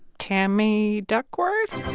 tammy duckworth?